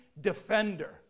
defender